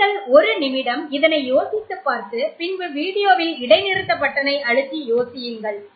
நீங்கள் ஒரு நிமிடம் இதனை யோசித்துப் பார்த்து பின்பு வீடியோவில் இடை நிறுத்துவதற்கான பொத்தானை அழுத்தி யோசியுங்கள்